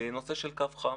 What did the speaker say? נושא של קו חם.